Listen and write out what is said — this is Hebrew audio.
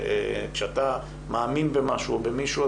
כשאתה מאמין במשהו או במישהו,